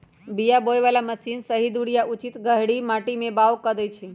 बीया बोय बला मशीन सही दूरी आ उचित गहीर माटी में बाओ कऽ देए छै